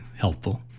helpful